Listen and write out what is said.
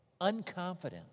unconfident